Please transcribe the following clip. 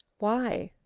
why?